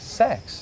sex